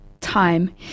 Time